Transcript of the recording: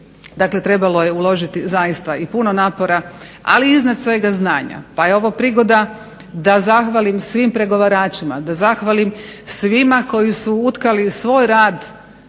Dakle, trebalo je uložiti puno napora ali iznad svega znanja, pa je ovo prigoda, da zahvalim svim pregovaračima da zahvalim svima koji su utkali svoj rad,